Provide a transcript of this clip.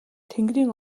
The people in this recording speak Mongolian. тэнгэрийн